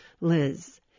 Liz